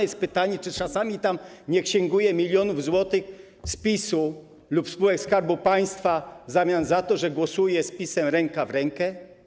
jest pytanie, czy on czasami nie księguje milionów zł z PiS-u lub spółek Skarbu Państwa w zamian za to, że głosuje z PiS-em ręka w rękę?